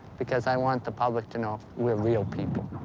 because i want the public to know we're real people.